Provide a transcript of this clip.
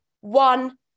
one